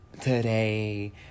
today